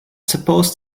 supposed